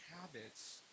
habits